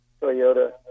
Toyota